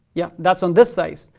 yeah, that's on this size.